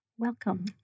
Welcome